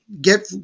get